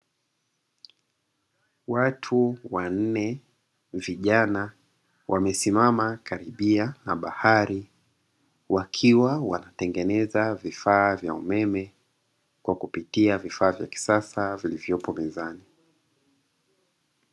Watu wanne vijana wamesimama karibia na bahari, wakiwa wanatengeneza vifaa vya umeme kwa kupitia vifaa vya kisasa vilivyopo mezani.